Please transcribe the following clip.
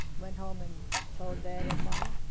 went home, and told dad and mom,